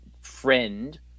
friend